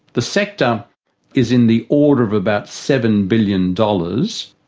the sector is in the order of about seven billion dollars.